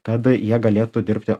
kad jie galėtų dirbti